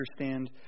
understand